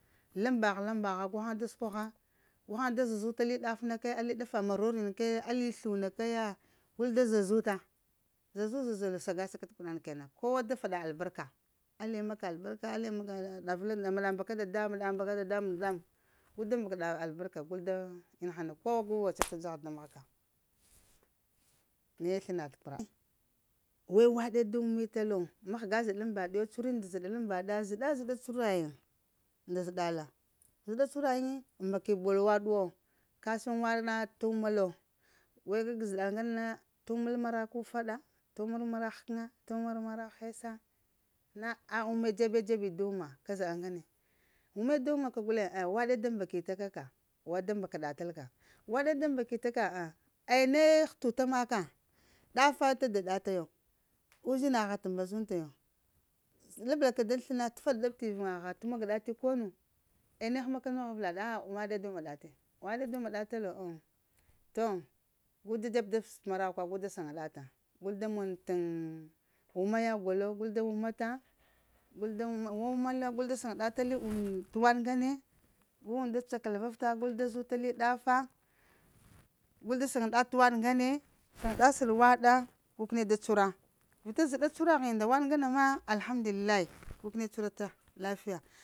Lambagh, lambagh gu haŋ da səkwagha, gu haŋ da zazu ali daf na kaya ali sləwu na kaya gul da zazuta, zazu zazal sagasa ka t’ qur'an kenan, kowa da faɗa albarka, allah yi maka albarka, allah yi maka albarka aɗa mbaka dada miya ada mbaka dada muŋ, gu da mbakaɗa albarka, gul da ina hana kowa gu wacata dzagha da mahga. Naye sləna t kur'ani wai waɗe da wumi talo mahga zəɗa laŋ mbaɗyo, cuhuri nda zəɗa zəɗa laŋ mbaɗa zəɗa-zəɗa cuhura yiŋ nda zəɗala zəɗa cuhura yiŋi mbaki bol waɗ wo, ka san waɗ na t’ wuma lo, we kag zəɗal ŋgana na t'wuməl marakw həkən t'wuməl marakw hesa na p wume dzebe-dzebi da wuma ka zəɗal ŋgane, wume da wuma ka guleŋ a wuɗe da mbakita kaa, wa da mbaka ɗatal ka waɗe da mbakifa ka, aya ne hətuta maka, ɗafa ta daɗata yo, uzinaha t mbazunta yo, s’ labla ka daŋ sləna t’ faɗa-ɗapti ivuŋagha t'magada ti konu aya ne həma ka nogh avəlaɗa ap waɗe da wuma ɗa ti waɗe da wuma ɗa ta lo ŋ to gu da dzeb da ps t’ marakwa da saŋa dafa gul da mon təŋ wuma ya golo, gul da wuma ta gul da wun wawuma lo gul da saŋa ɗa ta li ŋ t’ waɗ ŋgane gu und da cakalavavəta gul da zu ta li dafa, gul da saŋa ɗa t’ waɗ ŋgane, saŋa ɗa sal waɗa, gu kəni da cuhara, vita zəɗa cuhura ghini nda waɗ ŋgana ma alhamdulillahi gu kəni cuhurata lafiya.